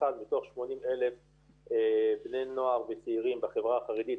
מתוך 80,000 בני נוער וצעירים בחברה החרדית,